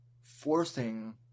forcing